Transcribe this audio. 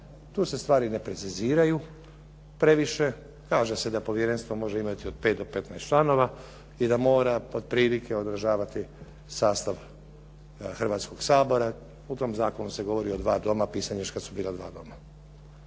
tu se stvari ne preciziraju previše. Kaže se da povjerenstvo može imati od 5 do 15 članova i da mora otprilike održavati sastav Hrvatskog sabora. U tom zakonu se govori o dva doma, pisan je još kad su bila dva doma.